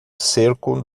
cerco